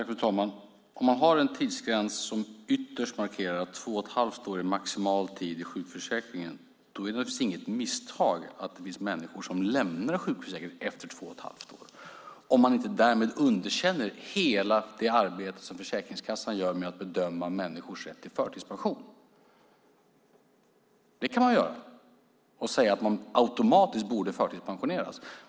Fru talman! Om man har en tidsgräns som ytterst markerar att två och ett halvt år är maximal tid i sjukförsäkringen är det inte något misstag att det finns människor som lämnar sjukförsäkringen efter två och ett halvt år, om man inte därmed underkänner hela det arbete som Försäkringskassan gör att bedöma människors rätt till förtidspension. Det kan man göra och säga att människor automatiskt borde förtidspensioneras.